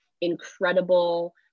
incredible